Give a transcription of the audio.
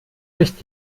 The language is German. licht